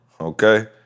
okay